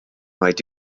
vaid